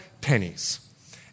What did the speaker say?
pennies